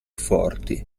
forti